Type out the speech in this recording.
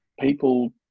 people